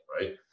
right